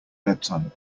bedtime